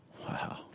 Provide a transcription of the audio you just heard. Wow